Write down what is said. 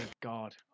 God